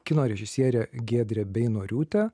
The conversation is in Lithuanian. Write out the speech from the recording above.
kino režisierė giedrė beinoriūtė